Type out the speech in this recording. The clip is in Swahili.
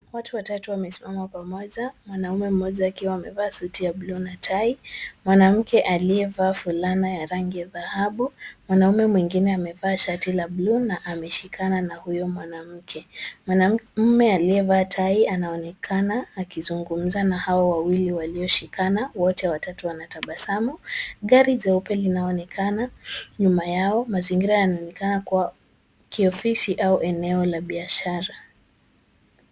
Watu watatu wamesimama pamoja, mwanaume mmoja akiwa amevaa suti ya bluu na tai, mwanamke aliyevaa fulana ya rangi ya dhahabu, mwanaume mwingine amevaa shati la bluu na ameshikana na huyo mwanamke. Mwanaume aliyevaa tai anaonekana akizungumza na hao wawili walioshikana, wote watatu wanatabasamu. Gari jeupe linaonekana nyuma yao mazingira yanaonekana kuwa kiofisi au eneo la biashara.